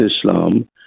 Islam